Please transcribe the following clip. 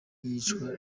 y’iyicwa